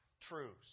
truths